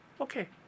okay